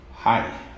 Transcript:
Hi